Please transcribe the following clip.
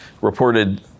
reported